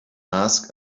ask